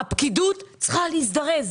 הפקידות צריכה להזדרז.